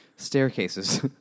Staircases